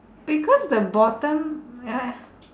because the bottom uh